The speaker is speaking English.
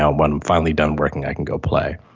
now i'm finally done working, i can go play.